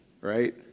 right